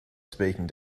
speaking